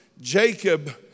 Jacob